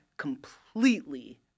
Completely